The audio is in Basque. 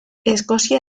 eskozia